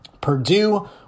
Purdue